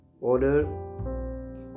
order